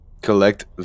Collect